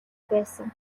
байсан